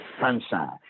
sunshine